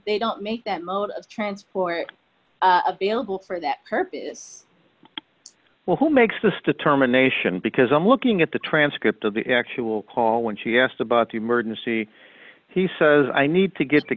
they don't make that mode of transport available for that purpose well who makes this determination because i'm looking at the transcript of the actual call when she asked about the emergency he says i need to get t